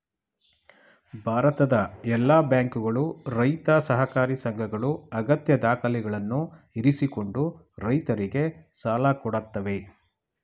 ಭಾರತದ ಎಲ್ಲಾ ಬ್ಯಾಂಕುಗಳು, ರೈತ ಸಹಕಾರಿ ಸಂಘಗಳು ಅಗತ್ಯ ದಾಖಲೆಗಳನ್ನು ಇರಿಸಿಕೊಂಡು ರೈತರಿಗೆ ಸಾಲ ಕೊಡತ್ತವೆ